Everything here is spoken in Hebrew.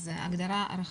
זאת ההגדרה הרחבה.